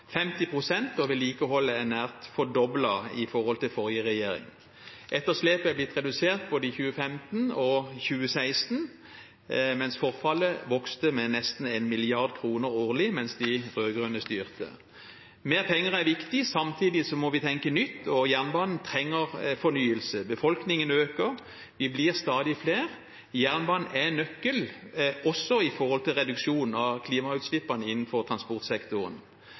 vedlikeholdet er nær fordoblet i forhold til forrige regjering. Etterslepet er blitt redusert både i 2015 og i 2016, mens forfallet vokste med nesten 1 mrd. kr årlig da de rød-grønne styrte. Mer penger er viktig, samtidig må vi tenke nytt, og jernbanen trenger fornyelse. Befolkningen øker, vi blir stadig flere. Jernbanen er nøkkelen også når det gjelder reduksjon av klimautslippene innenfor transportsektoren.